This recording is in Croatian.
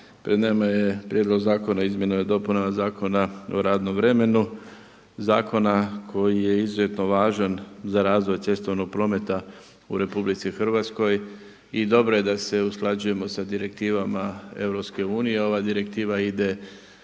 Pred nama je Prijedlog zakona o izmjenama i dopunama Zakona o radnom vremenu, zakona koji je izuzetno važan za razvoj cestovnog prometa u RH i dobro je da se usklađujemo sa direktivama EU. Ova direktiva ide